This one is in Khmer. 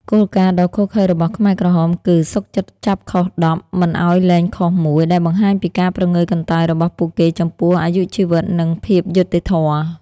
គោលការណ៍ដ៏ឃោរឃៅរបស់ខ្មែរក្រហមគឺ "សុខចិត្តចាប់ខុស ១០ មិនឱ្យលែងខុស ១" ដែលបង្ហាញពីការព្រងើយកន្តើយរបស់ពួកគេចំពោះអាយុជីវិត និងភាពយុត្តិធម៌។